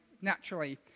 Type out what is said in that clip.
naturally